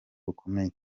bukomeye